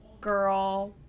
girl